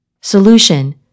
Solution